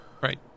Right